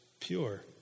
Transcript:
pure